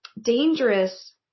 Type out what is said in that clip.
dangerous